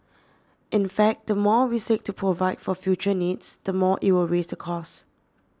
in fact the more we seek to provide for future needs the more it will raise the cost